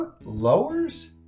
Lowers